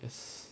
that's